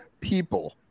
people